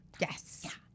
Yes